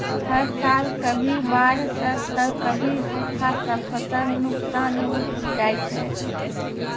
हर साल कभी बाढ़ सॅ त कभी सूखा सॅ फसल नुकसान होय जाय छै